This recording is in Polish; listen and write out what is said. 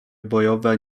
bojowe